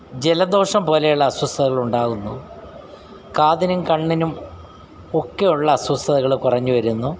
ജലദോഷം പോലെയുള്ള അസ്വസ്ഥതകളുണ്ടാകുന്നു കാതിനും കണ്ണിനും ഒക്കെയുള്ള അസ്വസ്ഥതകൾ കുറഞ്ഞ് വരുന്നു